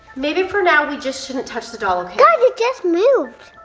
maybe for now we just shouldn't touch the doll okay? guys it just moved,